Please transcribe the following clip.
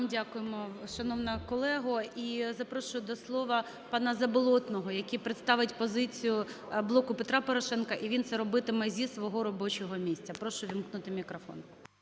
дякуємо, шановна колего. І запрошую до слова пана Заболотного, який представить позицію "Блоку Петра Порошенка", і він це робитиме зі свого робочого місця. Прошу увімкнути мікрофон.